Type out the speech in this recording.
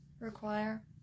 require